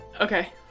okay